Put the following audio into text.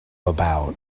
about